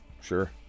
sure